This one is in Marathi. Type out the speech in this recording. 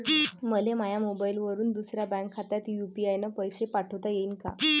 मले माह्या मोबाईलवरून दुसऱ्या बँक खात्यात यू.पी.आय न पैसे पाठोता येईन काय?